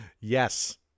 Yes